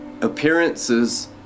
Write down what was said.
Appearances